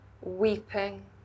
weeping